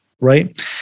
right